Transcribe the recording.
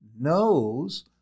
knows